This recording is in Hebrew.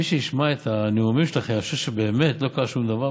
מי שישמע את הנאומים שלכם יחשוב שבאמת לא קרה שום דבר.